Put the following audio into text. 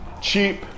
Cheap